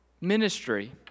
ministry